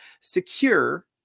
secure